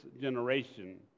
generation